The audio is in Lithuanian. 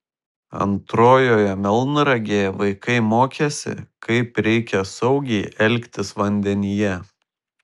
antrojoje melnragėje vaikai mokėsi kaip reikia saugiai elgtis vandenyje